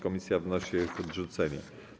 Komisja wnosi o ich odrzucenie.